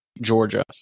Georgia